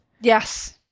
Yes